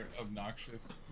obnoxious